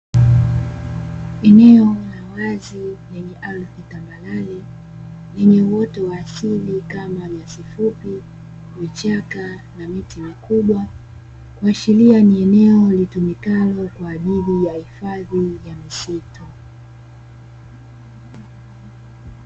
Eneo la wazi lenye ardhi tambarare lenye uoto wa asili kama: nyasi fupi, vichaka na miti mikubwa, kuashiria ni eneo litumikalo kwa ajili ya hifadhi ya misitu.